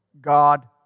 God